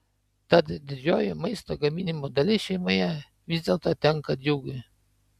tad didžioji maisto gaminimo dalis šeimoje vis dėlto tenka džiugui